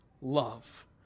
love